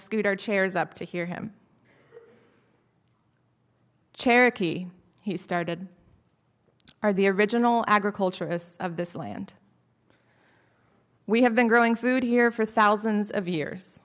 scoot our chairs up to hear him cherokee he started are the original agriculturists of this land we have been growing food here for thousands of years